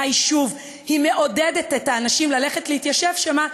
יישוב היא מעודדת את האנשים ללכת להתיישב שם,